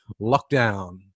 lockdown